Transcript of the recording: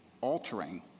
altering